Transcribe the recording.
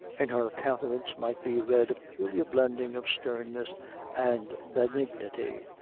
in her countenance might be read a peculiar blending of sternness and benignity,